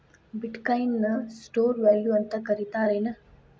ಬಿಟ್ coin ನ store value ಅಂತ ಕರಿತಾರೆನ್